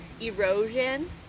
erosion